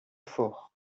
fort